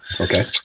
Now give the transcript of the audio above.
Okay